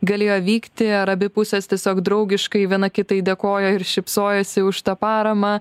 galėjo vykti ar abi pusės tiesiog draugiškai viena kitai dėkojo ir šypsojosi už tą paramą